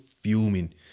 fuming